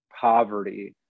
poverty